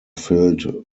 filled